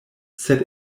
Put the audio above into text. sed